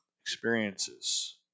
experiences